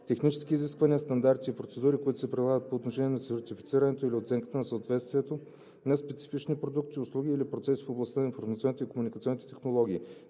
технически изисквания, стандарти и процедури, които се прилагат по отношение на сертифицирането или оценката на съответствието на специфични продукти, услуги или процеси в областта на информационните и комуникационните технологии.